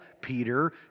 Peter